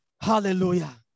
Hallelujah